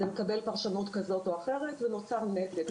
וזה מקבל פרשנות כזאת או אחרת ונוצר נתק,